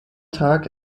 tag